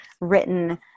written